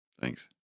thanks